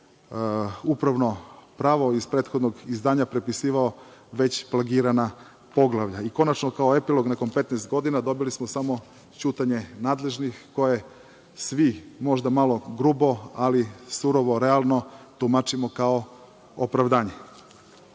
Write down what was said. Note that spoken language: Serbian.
upravno pravo iz prethodnog izdanja prepisivao već plagirana poglavlja. Konačno, kao epilog nakon 15 godina, dobili smo samo ćutanje nadležnih koje svi možda malo grubo, ali surovo realno tumačimo kao opravdanje.